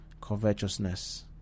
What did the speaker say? Covetousness